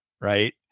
right